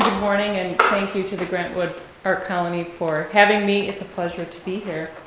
morning, and thank you to the grant wood art colony for having me, it's a pleasure to be here.